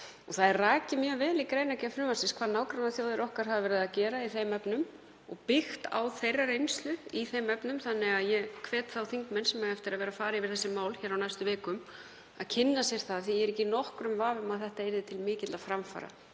Það er rakið mjög vel í greinargerð frumvarpsins hvað nágrannaþjóðir okkar hafa verið að gera í þeim efnum og byggt á þeirra reynslu þannig að ég hvet þá þingmenn sem eiga eftir að vera að fara yfir þessi mál á næstu vikum til að kynna sér það. Ég er ekki í nokkrum vafa um að þetta yrði til mikilla framfara